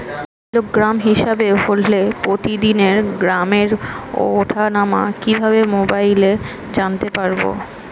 Kilogram হিসাবে হলে প্রতিদিনের দামের ওঠানামা কিভাবে মোবাইলে জানতে পারবো?